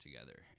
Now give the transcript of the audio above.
together